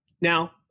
Now